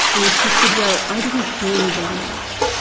and she said, well, i didn't see anybody else.